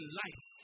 life